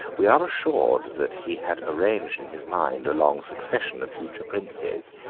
we are assured that he had arranged in his mind a long succession of future princes,